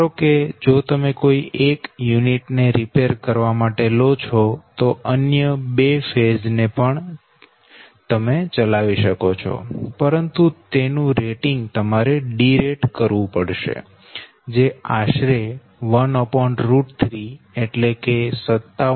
ધારો કે જો તમે કોઈ એક યુનિટ ને રીપેર કરવા માટે લો છો તો અન્ય 2 ફેઝ ને પણ તમે ચલાવી શકો છો પરંતુ તેનું રેટિંગ તમારે ડિરેટ કરવું પડશે જે આશરે 13એટલે કે 57